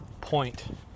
point